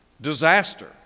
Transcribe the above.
disaster